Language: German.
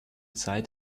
zeit